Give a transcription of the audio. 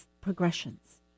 progressions